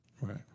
Right